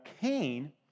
Cain